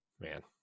man